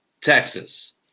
Texas